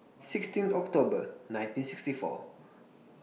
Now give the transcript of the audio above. sixteen October nineteen sixty four